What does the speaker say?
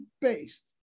based